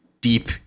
deep